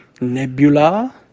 Nebula